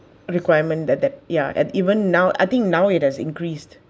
requirement that that ya and even now I think now it has increased